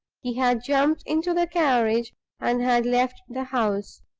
he had jumped into the carriage and had left the house.